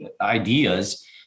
ideas